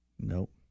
Nope